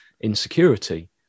insecurity